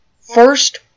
first